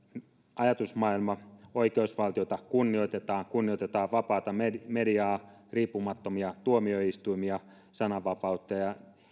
ajatusmaailma oikeusvaltiota kunnioitetaan kunnioitetaan vapaata mediaa mediaa riippumattomia tuomioistuimia sananvapautta ja